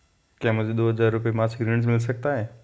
क्या मुझे दो हज़ार रुपये मासिक ऋण मिल सकता है?